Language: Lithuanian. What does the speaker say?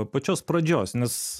pačios pradžios nes